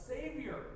Savior